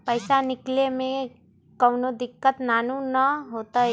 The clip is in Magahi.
पईसा निकले में कउनो दिक़्क़त नानू न होताई?